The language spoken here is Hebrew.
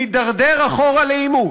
נידרדר אחורה לעימות.